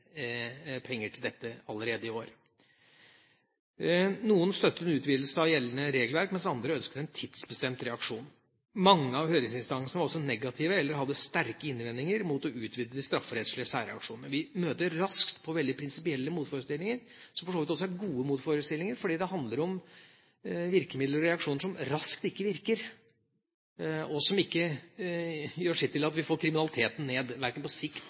penger til dette allerede i år. Noen støttet en utvidelse av gjeldende regelverk, mens andre ønsket en tidsbestemt reaksjon. Mange av høringsinstansene var også negative eller hadde sterke innvendinger mot å utvide de strafferettslige særreaksjonene. Vi møter raskt på veldig prinsipielle motforestillinger, som for så vidt også er gode motforestillinger, fordi det handler om virkemidler og reaksjoner som ikke virker raskt, og som ikke gjør sitt til at vi får kriminaliteten ned – verken på kort sikt